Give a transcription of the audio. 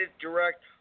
direct